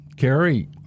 Carrie